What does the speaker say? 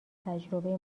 تجربه